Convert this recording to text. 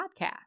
podcast